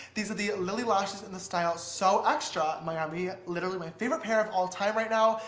these are the lilly lashes in the style so extra miami. literally my favorite pair of all time right now.